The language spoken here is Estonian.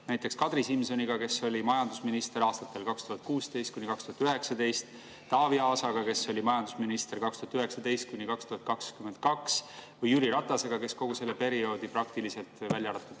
näiteks Kadri Simsoniga, kes oli majandusminister aastatel 2016–2019, Taavi Aasaga, kes oli majandusminister 2019–2022, või Jüri Ratasega, kes kogu selle perioodi praktiliselt, välja arvatud